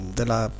della